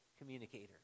communicator